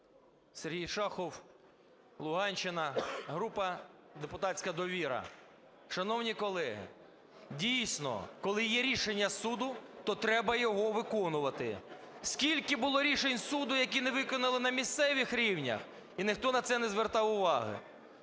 Сергій Шахов, Луганщина, група депутатська "Довіра". Шановні колеги, дійсно коли є рішення суду, то треба його виконувати. Скільки було рішень суду, які не виконали на місцевих рівнях, і ніхто на це не звертав уваги.